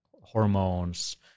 hormones